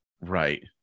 right